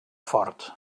fort